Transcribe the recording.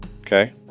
okay